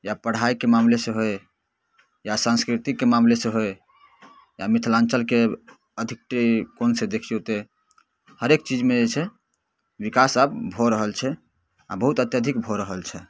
या पढ़ाइके मामले से होइ या साँस्कृतिकके मामले से होइ या मिथिलाञ्चलके अधिक कोनसे देखिऔ तऽ हरेक चीजमे जे छै आब विकास भऽ रहल छै आओर बहुत अत्यधिक भऽ रहल छै